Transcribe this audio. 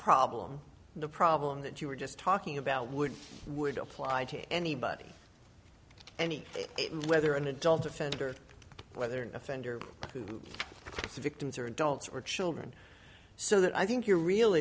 problem the problem that you were just talking about would apply to anybody any whether an adult offender whether offender victims or adults or children so that i think your real